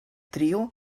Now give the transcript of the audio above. trio